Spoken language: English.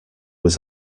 was